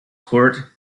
court